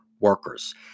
Workers